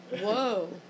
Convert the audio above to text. Whoa